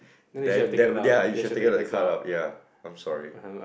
then that would their you should take the cut of ya I'm sorry